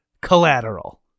Collateral